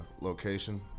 location